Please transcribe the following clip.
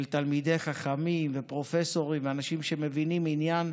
של תלמידי חכמים ופרופסורים ואנשים שמבינים עניין,